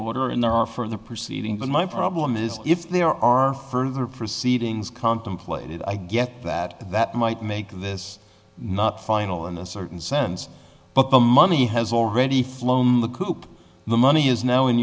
water and there are further proceedings but my problem is if there are further proceedings contemplated i get that that might make this not final in a certain sense but the money has already flown the coop the money is now in